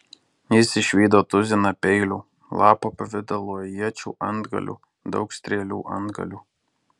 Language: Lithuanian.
jis išvydo tuziną peilių lapo pavidalo iečių antgalių daug strėlių antgalių